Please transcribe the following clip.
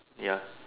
ya